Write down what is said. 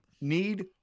need